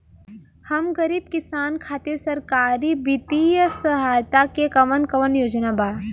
हम गरीब किसान खातिर सरकारी बितिय सहायता के कवन कवन योजना बा?